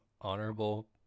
honorable